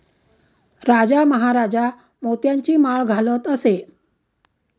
राजा महाराजा मोत्यांची माळ घालत असे